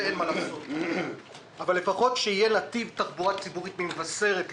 זה אין מה לעשות לפחות שיהיה נתיב תחבורה ציבורית ממבשרת לירושלים.